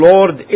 Lord